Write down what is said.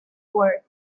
work